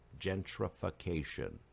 gentrification